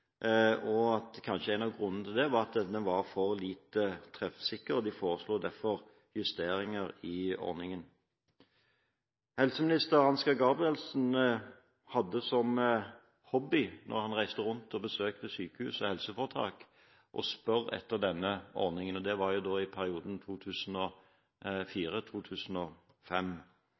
og at én av grunnene til det kanskje var at denne var for lite treffsikker. De foreslo derfor justeringer i ordningen. Helseminister Ansgar Gabrielsen hadde som hobby, når han reiste rundt og besøkte sykehus og helseforetak, å spørre etter denne ordningen. Det var i perioden 2004–2005. Det var